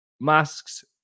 Masks